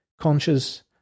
conscious